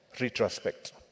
retrospect